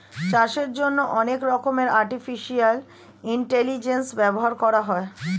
চাষের জন্যে অনেক রকমের আর্টিফিশিয়াল ইন্টেলিজেন্স ব্যবহার করা হয়